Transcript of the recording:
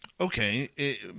Okay